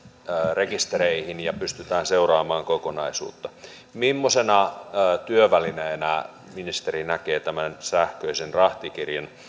rekistereihin ja pystytään seuraamaan kokonaisuutta mimmoisena työvälineenä ministeri näkee tämän sähköisen rahtikirjan